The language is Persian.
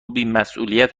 بیمسئولیت